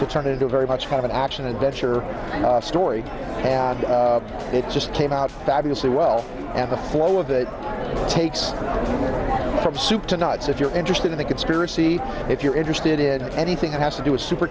to turn it into a very much kind of an action adventure story and it just came out fabulously well and the flow of it takes some soup to nuts if you're interested in the conspiracy if you're interested in anything that has to do a super